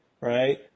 right